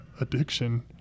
addiction